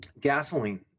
gasoline